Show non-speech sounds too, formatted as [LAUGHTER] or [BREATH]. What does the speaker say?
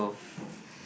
[BREATH]